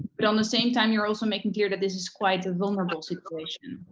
but on the same time you're also making clear that this is quite a vulnerable situation.